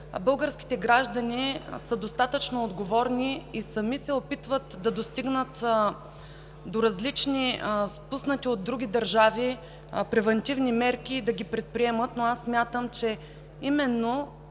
българските граждани са достатъчно отговорни и сами се опитват да достигнат до различни, спуснати от други държави, превантивни мерки и да ги предприемат. Аз смятам, че именно